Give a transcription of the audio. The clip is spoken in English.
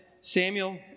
Samuel